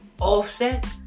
Offset